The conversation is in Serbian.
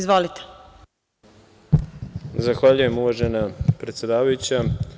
Zahvaljujem, uvažena predsedavajuća.